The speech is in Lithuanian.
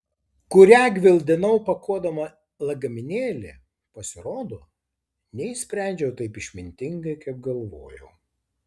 kurią gvildenau pakuodama lagaminėlį pasirodo neišsprendžiau taip išmintingai kaip galvojau